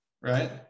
right